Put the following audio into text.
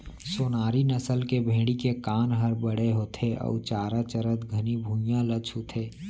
सोनारी नसल के भेड़ी के कान हर बड़े होथे अउ चारा चरत घनी भुइयां ल छूथे